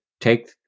take